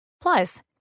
Plus